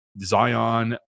Zion